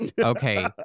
okay